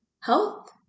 health